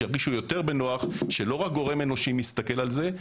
שירגישו יותר בנוח שלא רק גורם אנושי מסתכל על זה.